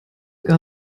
gar